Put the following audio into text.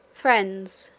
friends,